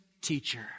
teacher